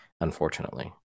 unfortunately